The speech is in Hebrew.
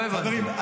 לא הבנתי.